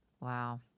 Wow